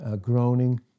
groaning